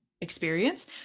experience